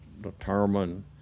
determine